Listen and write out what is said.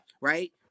right